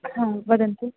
हा वदन्तु